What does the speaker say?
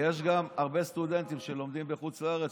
ויש גם הרבה סטודנטים שלומדים בחוץ לארץ,